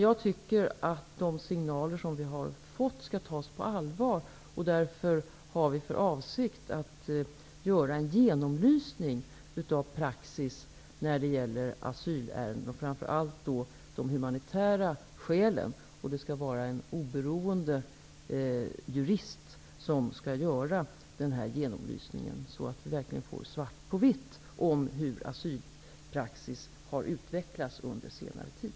Jag tycker ändå att dessa signaler skall tas på allvar, och därför har vi för avsikt att göra en genomlysning av praxis i asylärenden, framför allt när det gäller de humanitära skälen. En oberoende jurist skall göra denna genomlysning, så att vi verkligen får svart på vitt hur asylpraxis har utvecklats under senare tid.